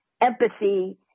empathy